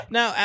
Now